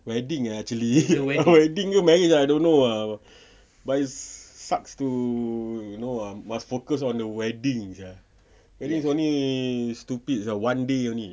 wedding ah actually wedding marriage I don't know ah but is sucks to you know ah must focus on the wedding sia and it's only stupid sia one day only